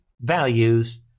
values